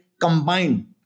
combined